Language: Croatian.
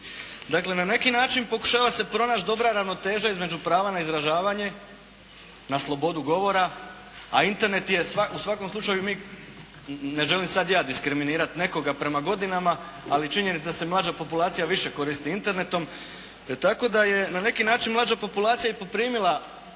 Dakle, na neki način pokušava se pronaći dobra ravnoteža između prava na izražavanje, na slobodu govora, a Internet je u svakom slučaju, mi, ne želim sad ja diskriminirat nekoga prema godinama, ali činjenica da se mlađa populacija više koristi Internetom, tako da je na neki način mlađa populacija i poprimila